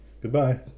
goodbye